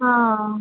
ஆ